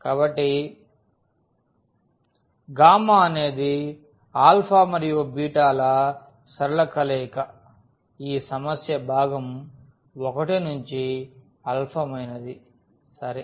కాబట్టి అనేది మరియు ల సరళ కలయిక ఈ సమస్య భాగం 1 నుంచి అల్పమైనది సరే